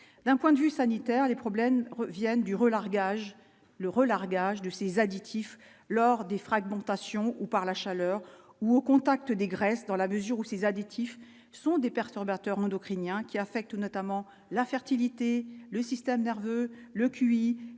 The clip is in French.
d'un point de vue sanitaire les problèmes viennent du relargage le relargage de ces additifs lors des fragmentations ou par la chaleur ou au contact des graisses dans la mesure où ces additifs sont des perturbateurs endocriniens qui affecte notamment la fertilité, le système nerveux le QI